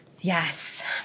Yes